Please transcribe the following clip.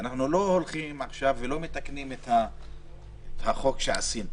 אנחנו לא מתקנים עכשיו את החוק שעשינו.